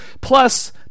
Plus